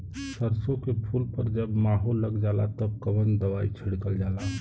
सरसो के फूल पर जब माहो लग जाला तब कवन दवाई छिड़कल जाला?